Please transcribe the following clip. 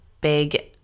big